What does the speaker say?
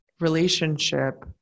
relationship